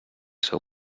seu